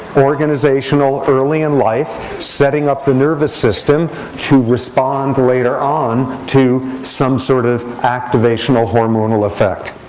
organizational early in life, setting up the nervous system to respond later on to some sort of activational hormonal effect.